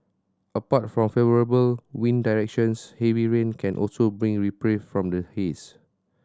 apart from favourable wind directions heavy rain can also bring reprieve from the haze